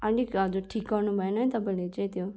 अलिक हजुर ठिक गर्नु भएन है तपाईँले चाहिँ त्यो